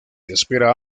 espera